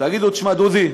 תגידו: תשמע, דודי,